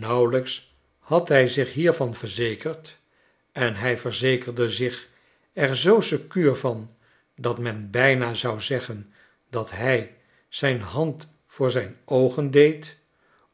nauwelijks had hy zich hiervan verzekerd en hij verzekerde zich er zoo sekuur van dat men bijna zou zeggen dat hij zijn hand voor zijn oogen deed t